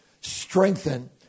strengthen